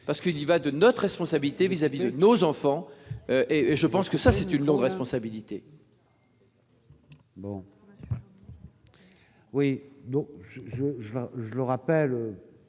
parce qu'il y va de notre responsabilité vis-à-vis de nos enfants ! Et je pense que c'est une lourde responsabilité